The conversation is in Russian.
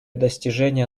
достижения